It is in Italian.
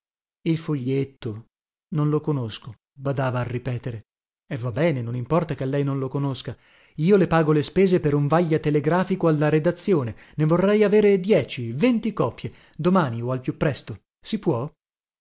il foglietto non lo conosco badava a ripetere e va bene non importa che lei non lo conosca io le pago le spese per un vaglia telegrafico alla redazione ne vorrei avere dieci venti copie domani o al più presto si può